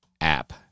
app